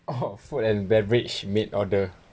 food and beverage make order